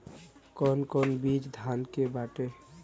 कौन कौन बिज धान के बाटे?